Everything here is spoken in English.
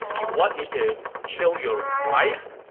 you want me to, kill your wife,